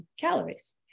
calories